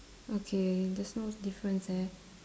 okay there's no difference eh